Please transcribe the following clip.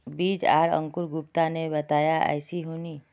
बीज आर अंकूर गुप्ता ने बताया ऐसी होनी?